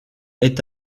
est